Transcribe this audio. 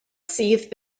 sydd